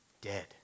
dead